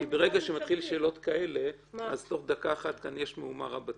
כי ברגע שמתחילים עם שאלות כאלה אז תוך דקה אחת כאן יש מהומה רבתי.